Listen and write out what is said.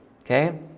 okay